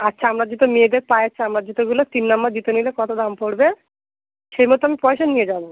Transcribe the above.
আর চামড়ার জুতো মেয়েদের পায়ের চামড়ার জুতোগুলো তিন নাম্বার জুতো নিলে কত দাম পড়বে সেই মতো আমি পয়সা নিয়ে যাবো